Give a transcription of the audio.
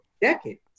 decades